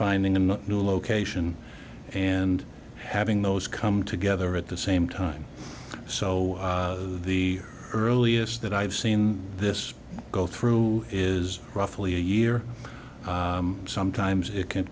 a new location and having those come together at the same time so the earliest that i've seen this go through is roughly a year sometimes it can